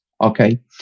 Okay